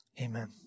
Amen